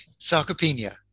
Sarcopenia